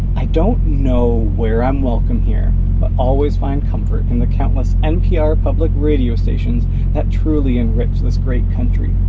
i don't know where i'm welcome here but always find comfort in the countless npr public radio stations that truly enrich this great country.